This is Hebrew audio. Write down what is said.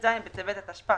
ט"ז בטבת התשפ"א,